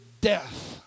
death